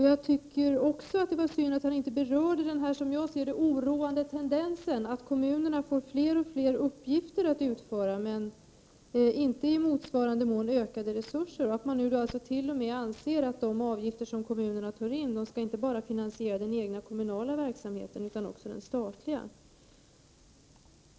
Jag tycker också det var synd att han inte berörde det som jag ser som den oroande tendensen, att kommunerna får fler och fler uppgifter att utföra men inte i motsvarande mån ökade resurser och att man t.o.m. anser att de avgifter som kommunerna tar in inte bara skall finansiera den egna kommunala verksamheten utan också den statliga.